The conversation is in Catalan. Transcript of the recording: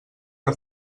que